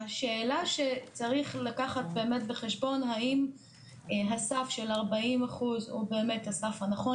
השאלה שבאמת צריך לקחת בחשבון האם הסף של 40% הוא באמת הסף הנכון,